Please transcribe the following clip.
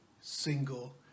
single